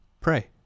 pray